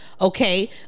Okay